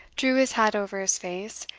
drew his hat over his face,